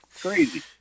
Crazy